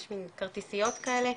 יש מין כרטיסיות כאלה,